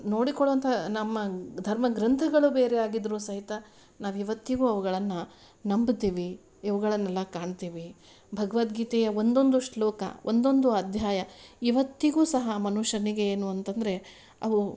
ನೋಡಿಕೊಳ್ಳುವಂತಥ ನಮ್ಮ ಧರ್ಮಗ್ರಂಥಗಳು ಬೇರೆಯಾಗಿದ್ರು ಸಹಿತ ನಾವು ಇವತ್ತಿಗು ಅವುಗಳನ್ನು ನಂಬ್ತೀವಿ ಇವುಗಳನ್ನೆಲ್ಲ ಕಾಣ್ತಿವಿ ಭಗವದ್ಗೀತೆಯ ಒಂದೊಂದು ಶ್ಲೋಕ ಒಂದೊಂದು ಅಧ್ಯಾಯ ಇವತ್ತಿಗು ಸಹ ಮನುಷ್ಯನಿಗೆ ಏನು ಅಂತಂದರೆ ಅವು